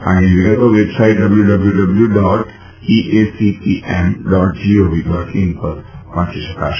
આ અંગેની વિગતો website WWW dot EACPM dot GOV dot in પર વાંચી શકાશે